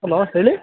hello ಹೇಳಿ